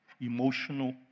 emotional